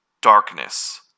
Darkness